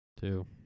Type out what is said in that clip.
two